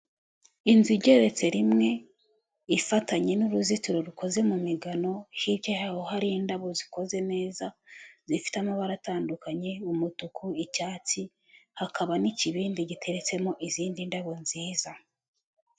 Inzu igeretse rimwe ifatanye n'uruzitiro rukoze mu migano, hirya hari indabo zikoze neza zifite amabara atandukanye, umutuku, icyatsi hakaba n'ikibindi giteretsemo izindi ndabo nziza.